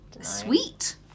Sweet